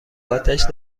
آتش